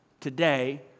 today